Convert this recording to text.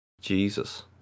Jesus